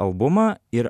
albumą ir